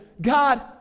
God